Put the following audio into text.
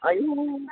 आयु